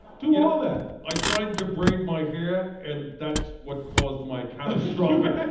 do all that. i tried to braid my hair and that's what caused my catastrophic,